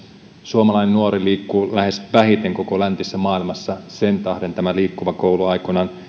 suomalainen nuori liikkuu lähes vähiten koko läntisessä maailmassa sen tähden tämä liikkuva koulu aikoinaan